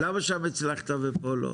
למה שם הצלחת ופה לא?